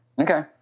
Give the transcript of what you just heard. Okay